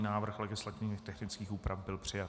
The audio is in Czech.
Návrh legislativně technických úprav byl přijat.